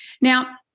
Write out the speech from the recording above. Now